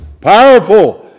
Powerful